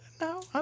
No